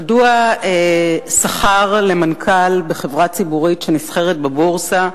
מדוע שכר למנכ"ל בחברה ציבורית שנסחרת בבורסה,